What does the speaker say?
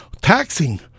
Taxing